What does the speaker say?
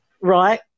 Right